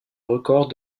records